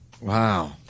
Wow